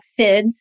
SIDS